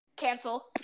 cancel